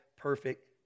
Perfect